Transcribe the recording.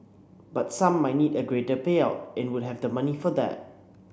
but some might need a greater payout and would have the money for that